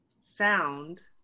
sound